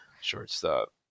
shortstop